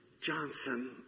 johnson